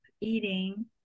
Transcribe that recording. eating